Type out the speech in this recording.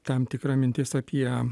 tam tikra mintis apie